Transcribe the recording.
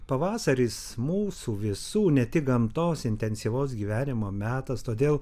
pavasaris mūsų visų ne tik gamtos intensyvaus gyvenimo metas todėl